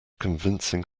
convincing